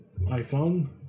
iPhone